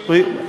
בריאות,